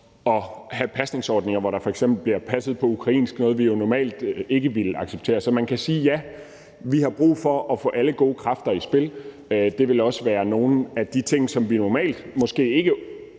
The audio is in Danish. at have pasningsordninger, hvor der f.eks. bliver passet på ukrainsk, noget, som vi jo normalt ikke ville acceptere. Så man kan sige, at ja, vi har brug for at få alle gode kræfter i spil, og det vil også være nogle af de ting, som vi måske normalt